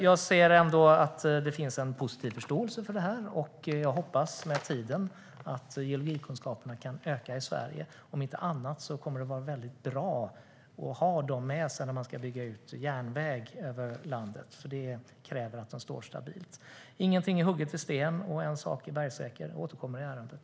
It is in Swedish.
Jag ser ändå att det finns en positiv förståelse för ämnet. Jag hoppas med tiden att geologikunskaperna kan öka i Sverige. Om inte annat kommer det att vara bra att ha kunskaperna med sig när järnvägen ska byggas ut i landet. Den kräver stabilitet. Inget är hugget i sten. En sak är bergsäker, nämligen att jag återkommer i ärendet.